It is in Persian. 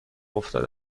افتاده